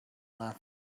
left